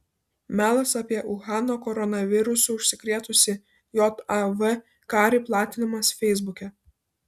melas apie uhano koronavirusu užsikrėtusį jav karį platinamas feisbuke